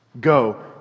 go